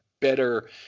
better –